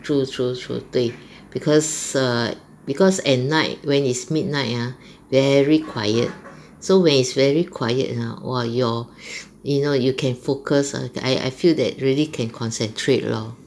true true true 对 because err because at night when it's midnight ah very quiet so when it is very quiet !huh! !wah! you your you know you can focus ah I I feel that really can concentrate lor